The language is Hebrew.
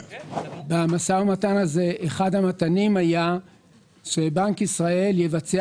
במשא ומתן הזה אחד המתנים היה שבנק ישראל יבצע